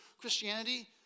Christianity